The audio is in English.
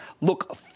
look